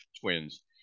twins